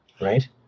Right